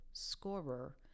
scorer